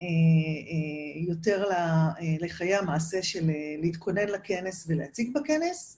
יותר לחיי המעשה של להתכונן לכנס ולהציג בכנס.